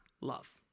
love